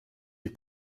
die